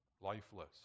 Lifeless